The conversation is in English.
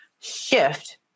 shift